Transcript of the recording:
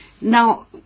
Now